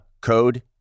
code